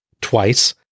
twice